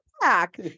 back